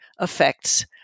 effects